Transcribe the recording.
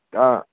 ആ